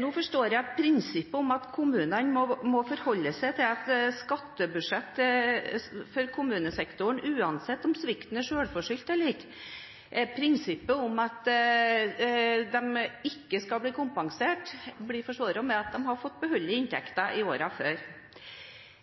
Nå forstår jeg at prinsippet om at kommunene må forholde seg til skattebudsjettet for kommunesektoren, uansett om svikten er selvforskyldt eller ikke – prinsippet om at de ikke skal bli kompensert – blir forsvart med at de har fått beholde inntektene i årene før.